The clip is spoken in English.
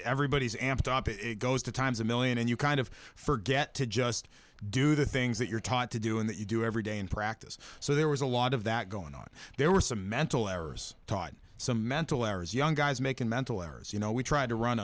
everybody's amped up it goes to times a million and you kind of forget to just do the things that you're taught to do and that you do every day in practice so there was a lot of that going on there were some mental errors taught some mental errors young guys making mental errors you know we tried to run